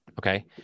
Okay